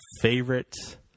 favorite